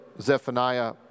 Zephaniah